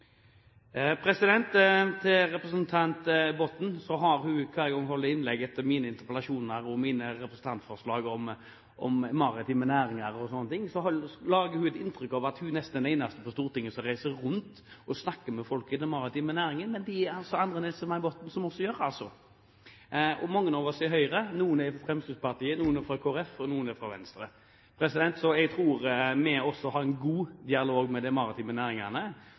Til representanten Botten: Hver gang hun holder innlegg etter mine interpellasjoner og mine representantforslag om maritime næringer osv., gir hun inntrykk av at hun nesten er den eneste på Stortinget som reiser rundt og snakker med folk i den maritime næringen. Men det er det altså andre enn Else-May Botten som gjør. Mange oss er fra Høyre, noen er fra Fremskrittspartiet, noen er fra Kristelig Folkeparti, og noen er fra Venstre. Så jeg tror at vi også har en god dialog med de maritime næringene.